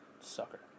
Sucker